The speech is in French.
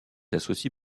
associe